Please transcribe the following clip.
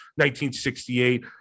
1968